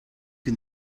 can